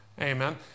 Amen